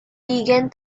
began